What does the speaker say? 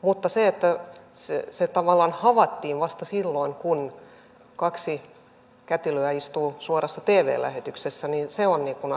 mutta se että se tavallaan havaittiin vasta silloin kun kaksi kätilöä istui suorassa tv lähetyksessä on aika merkillistä